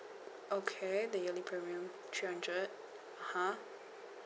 okay the yearly premium three hundred !huh!